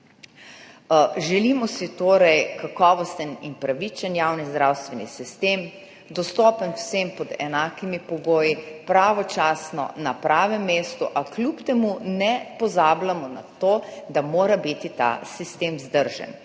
Želimo si torej kakovosten in pravičen javni zdravstveni sistem, dostopen vsem pod enakimi pogoji, pravočasno, na pravem mestu, a kljub temu ne pozabljamo na to, da mora biti ta sistem vzdržen.